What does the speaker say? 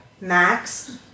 max